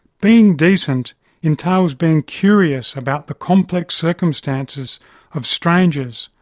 being decent entails being curious about the complex circumstances of strangers,